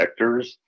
vectors